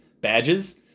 badges